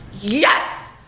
yes